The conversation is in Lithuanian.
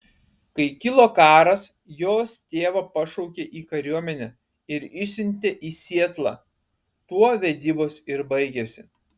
kai kilo karas jos tėvą pašaukė į kariuomenę ir išsiuntė į sietlą tuo vedybos ir baigėsi